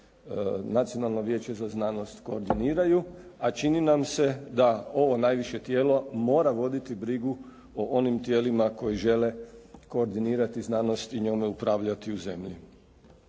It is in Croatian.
Nacionalno vijeće za znanost koordiniraju, a čini nam se da ovo najviše tijelo mora voditi brigu o onim tijelima koji žele koordinirati znanost i njome upravljati u zemlji.